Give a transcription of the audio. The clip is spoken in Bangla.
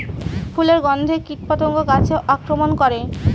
ফুলের গণ্ধে কীটপতঙ্গ গাছে আক্রমণ করে?